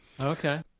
Okay